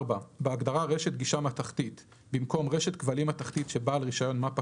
(4)בהגדרה "רשת גישה מתכתית" במקום "רשת כבלים מתכתית שבעל רישיון מפ"א